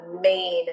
main